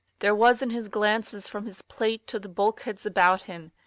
there was in his glances from his plate to the bulkheads about him,